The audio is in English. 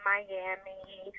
Miami